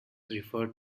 referred